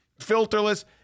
filterless